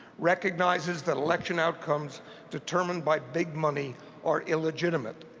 recognizes that election outcomes determined by big money are illegitimate.